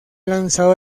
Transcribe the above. lanzado